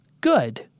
good